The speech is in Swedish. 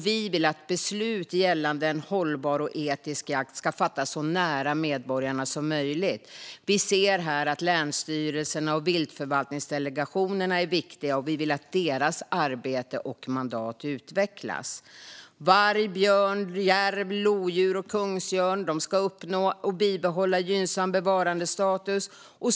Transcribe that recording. Vi vill att beslut gällande en hållbar och etisk jakt ska fattas så nära medborgarna som möjligt. Vi ser här att länsstyrelserna och viltförvaltningsdelegationerna är viktiga och vill att deras arbete och mandat utvecklas. Varg, björn, järv, lodjur och kungsörn ska uppnå och bibehålla gynnsam bevarandestatus.